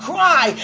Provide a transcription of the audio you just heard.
Cry